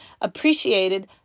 appreciated